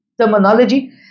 terminology